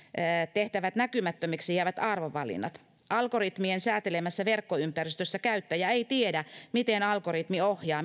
tehtävät näkymättömiksi jäävät arvovalinnat algoritmien säätelemässä verkkoympäristössä käyttäjä ei tiedä miten algoritmi ohjaa